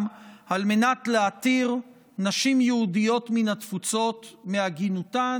על מנת להתיר נשים יהודיות מן התפוצות מעגינותן,